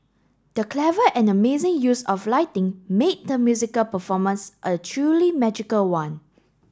the clever and amazing use of lighting made the musical performance a truly magical one